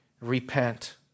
Repent